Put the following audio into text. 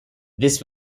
this